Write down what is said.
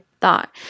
thought